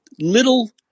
little